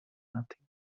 nothing